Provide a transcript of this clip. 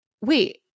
wait